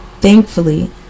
Thankfully